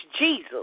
Jesus